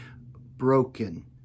broken